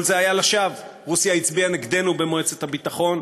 כל זה היה לשווא: רוסיה הצביעה נגדנו במועצת הביטחון.